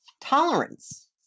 tolerance